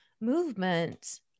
movement